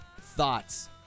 Thoughts